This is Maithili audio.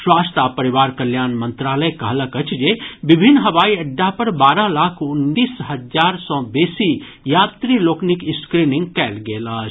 स्वास्थ्य आ परिवार कल्याण मंत्रालय कहलक अछि जे विभिन्न हवाई अड्डापर बारह लाख उनतीस हजार सँ बेसी यात्री लोकनिक स्क्रीनिंग कयल गेल अछि